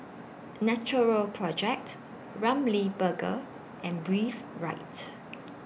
Natural Projects Ramly Burger and Breathe Rights